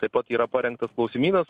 taip pat yra parengtas klausimynas